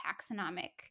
taxonomic